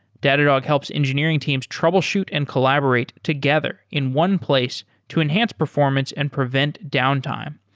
datadog helps engineering teams troubleshoot and collaborate together in one place to enhance performance and prevent downtime.